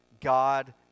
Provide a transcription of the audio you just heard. God